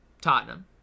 Tottenham